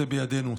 זה בידינו.